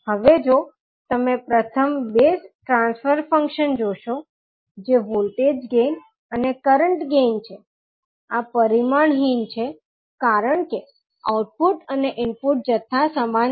હવે જો તમે પ્રથમ બે ટ્રાન્સફર ફંક્શન જોશો જે વોલ્ટેજ ગેઇન અને કરંટ ગેઇન છે આ પરિમાણહીન છે કારણ કે આઉટપુટ અને ઇનપુટ જથ્થા સમાન છે